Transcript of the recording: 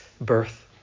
birth